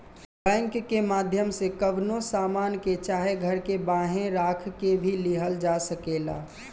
bank के माध्यम से कवनो सामान के चाहे घर के बांहे राख के भी लिहल जा सकेला